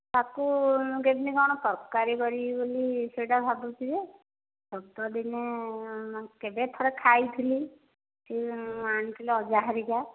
ତାକୁ କେମିତି କ'ଣ ତରକାରୀ କରିବି ବୋଲି ସେହିଟା ଭାବୁଛି ଯେ ଛୋଟ ଦିନେ କେବେ ଥରେ ଖାଇଥିଲି ସେହି ଆଣିଥିଲା ଅଜା ହେରିକା